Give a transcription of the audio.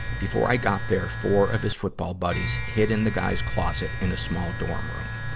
before i got there, four of his football buddies hid in the guy's closet in a small dorm room.